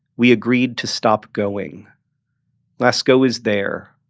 we agreed to stop going lascaux is there.